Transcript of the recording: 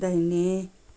दाहिने